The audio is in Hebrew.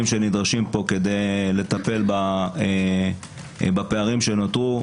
שנדרשים פה כדי לטפל בפערים שנותרו,